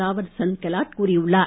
தாவர் சந்த் கெலோட் கூறியுள்ளார்